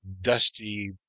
Dusty